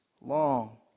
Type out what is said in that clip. long